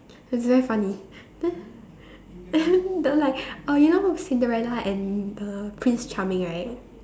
it's very funny then and then the like uh you know Cinderella and the prince charming right